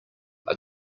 are